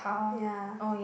ya